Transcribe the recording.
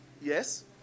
Yes